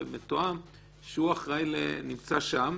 ומתואם שהוא נמצא שם,